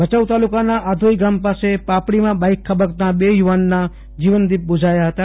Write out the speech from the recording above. ભચાઉ તાલુકાના આધોઈ ગામ પાસે પાપડીમાં બાઈક ખાબકતા બે યુવાનના જીવનદીપ બુઝાયા હતા